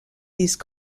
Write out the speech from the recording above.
these